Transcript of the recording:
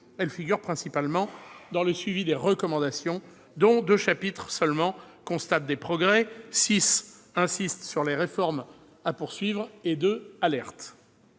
Elles figurent principalement dans le suivi des recommandations, deux chapitres seulement constatant des progrès, six insistant sur les réformes à poursuivre et deux alertant.